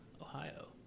Ohio